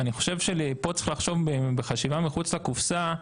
אני חושב שפה צריך לחשוב בחשיבה מחוץ לקופסה,